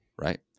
right